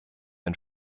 ein